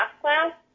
class